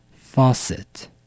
faucet